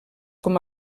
com